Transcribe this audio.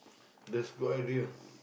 that's good idea